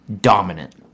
dominant